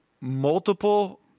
multiple